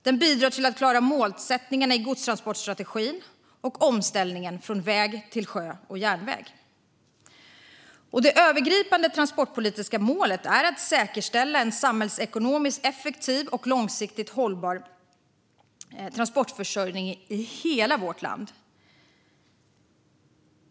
Den bidrar till att klara målsättningarna i godstransportstrategin och omställningen från väg till sjö och järnväg. Det övergripande transportpolitiska målet är att säkerställa en samhällsekonomiskt effektiv och långsiktigt hållbar transportförsörjning i hela landet.